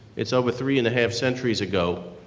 it's over three and a half centuries ago.